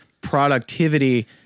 productivity